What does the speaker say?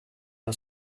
are